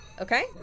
Okay